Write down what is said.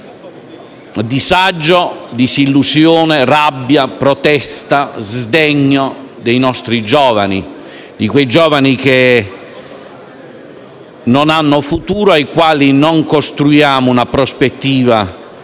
disagio, disillusione, rabbia, protesta e sdegno dei nostri giovani, quei giovani che non hanno futuro e per i quali non costruiamo una prospettiva